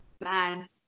Man